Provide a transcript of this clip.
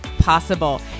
possible